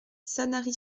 sanary